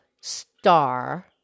star